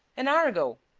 an hour ago.